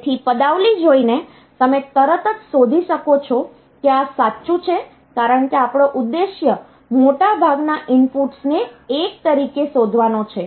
તેથી પદાવલિ જોઈને તમે તરત જ શોધી શકો છો કે આ સાચું છે કારણ કે આપણો ઉદ્દેશ્ય મોટાભાગના ઇનપુટ્સને 1 તરીકે શોધવાનો છે